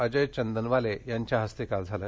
अजय चंदनवाले यांच्या हस्ते काल झालं